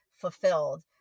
fulfilled